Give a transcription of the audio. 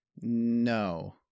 No